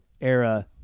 era